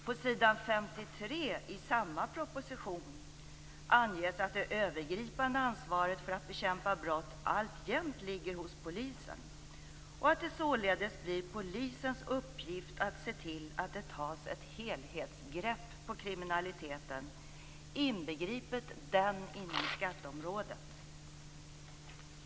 På s. 53 i samma proposition anges att det övergripande ansvaret att bekämpa brott alltjämt ligger hos polisen och att det således blir polisens uppgift att se till att det tas ett helhetsgrepp på kriminaliteten, inbegripet den inom skatteområdet.